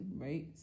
right